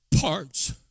parts